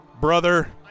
brother